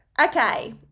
Okay